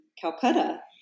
Calcutta